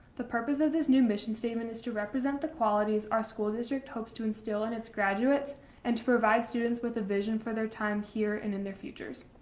the purpose of this new mission statement is to represent the qualities our school district hopes to instill in it's graduates and to provide students with a vision for their time here and in their futures.